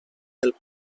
del